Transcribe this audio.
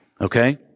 Okay